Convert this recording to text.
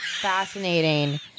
fascinating